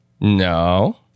No